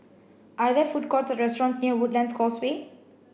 are there food courts or restaurants near Woodlands Causeway